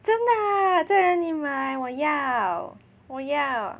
真的吗在哪里买我要我要